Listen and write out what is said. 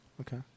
Okay